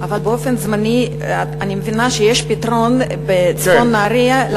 אבל באופן זמני אני מבינה שיש פתרון לעשות את זה בצפון נהרייה.